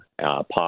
pop